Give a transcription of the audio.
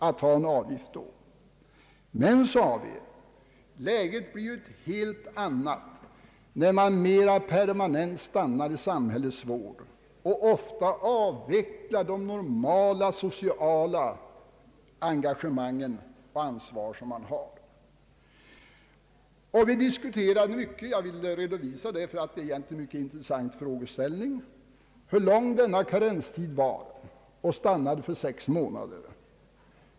Men, sade vi, läget blir ju ett helt annat för den som mera permanent stannar i samhällets vård och ofta avvecklar normala sociala engagemang och det ansvar människor normalt har. Jag vill redovisa detta därför att det här egentligen är en mycket intressant frågeställning. Vi diskuterade mycket hur lång karenstiden borde vara, och vi stannade för sex månader.